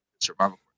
Survival